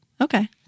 Okay